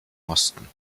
osten